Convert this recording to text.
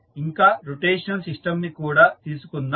ఇంకా రోటేషనల్ సిస్టంని కూడా తీసుకుందాం